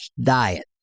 diet